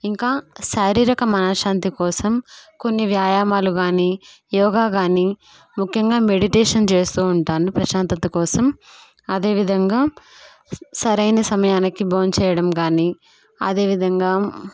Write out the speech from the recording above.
ఇంకా శారీరక మనశాంతి కోసం కొన్ని వ్యాయామాలు కానీ యోగా కానీ ముఖ్యంగా మెడిటేషన్ చేస్తూ ఉంటాను ప్రశాంతత కోసం అదేవిధంగా సరైన సమయానికి భోం చేేయడం కానీ అదేవిధంగా